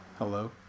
Hello